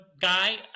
guy